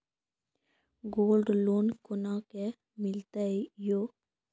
Gold loan कोना के मिलते यो?